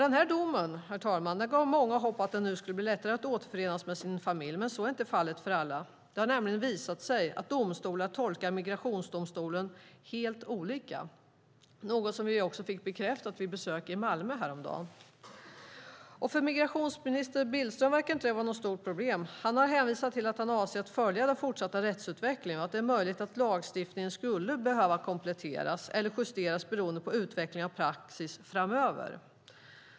Den här domen gav många hopp om att det nu skulle bli lättare att återförenas med sin familj, men så är inte fallet för alla. Det har nämligen visat sig att domstolar tolkar Migrationsöverdomstolens dom helt olika. Detta fick vi bekräftat vid ett besök i Malmö häromdagen. För migrationsminister Billström verkar detta inte vara något stort problem. Han har hänvisat till att han avser att följa den fortsatta rättsutvecklingen och sagt att det är möjligt att lagstiftningen skulle behöva kompletteras eller justeras beroende på utvecklingen av praxis framöver.